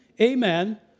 amen